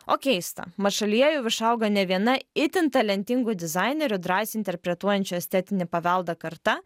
o keista mat šalyje jau išauga ne viena itin talentingų dizainerių drąsiai interpretuojančių estetinį paveldą karta